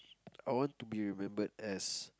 I would to be remembered as